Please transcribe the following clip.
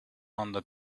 anda